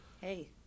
Hey